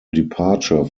departure